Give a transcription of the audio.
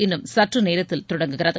இன்னும் சற்றுநேரத்தில் தொடங்குகிறது